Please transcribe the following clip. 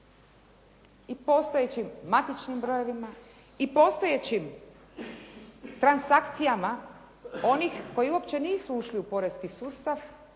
i postojećim matičnim brojevima, i postojećim transakcijama onih koji uopće nisu ušli u poreski sustav